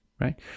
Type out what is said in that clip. Right